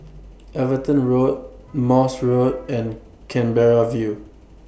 Everton Road Morse Road and Canberra View